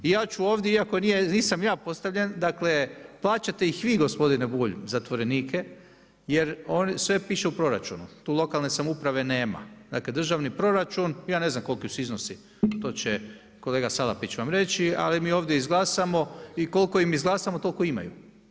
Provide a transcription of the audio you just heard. I ja ću ovdje iako nisam ja postavljen, dakle, plaćate ih vi gospodine Bulj, zatvorenike, jer sve piše u proračunu, tu lokalne samouprave nema, dakle državni proračun ja ne znam koliko su iznosi, to će kolega Salapić vam reći, ali mi ovdje izglasamo i koliko im izglasamo, toliko imaju.